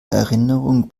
erinnerung